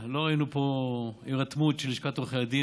לא ראינו פה הירתמות של לשכת עורכי הדין.